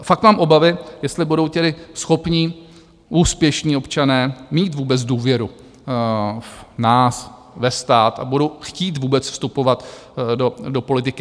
Fakt mám obavy, jestli budou tedy schopní, úspěšní občané mít vůbec důvěru v nás, ve stát a budou chtít vůbec vstupovat do politiky.